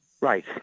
Right